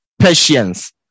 patience